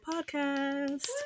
podcast